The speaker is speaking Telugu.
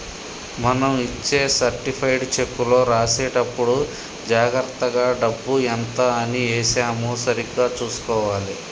మనం ఇచ్చే సర్టిఫైడ్ చెక్కులో రాసేటప్పుడే జాగర్తగా డబ్బు ఎంత అని ఏశామో సరిగ్గా చుసుకోవాలే